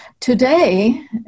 Today